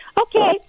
Okay